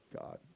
God